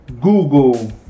Google